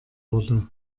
wurde